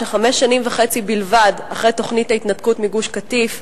שחמש שנים וחצי בלבד אחרי תוכנית ההתנתקות מגוש-קטיף,